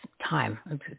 time